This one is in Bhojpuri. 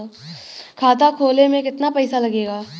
खाता खोले में कितना पईसा लगेला?